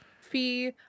Fee